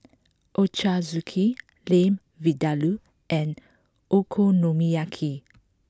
Ochazuke Lamb Vindaloo and Okonomiyaki